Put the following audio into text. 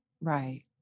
right